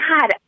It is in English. God